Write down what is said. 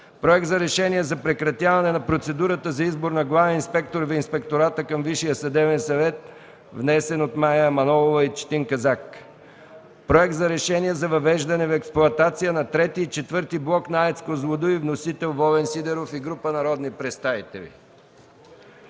Проект за решение за прекратяване на процедурата за избор на главен инспектор в Инспектората към Висшия съдебен съвет. Вносители – Мая Манолова и Четин Казак. Проект за решение за въвеждането в експлоатация на ІІІ и ІV блок на АЕЦ „Козлодуй”. Вносители – Волен Сидеров и група народни представители.